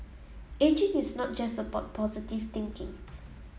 ageing is not just about positive thinking